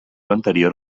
anterior